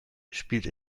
spielt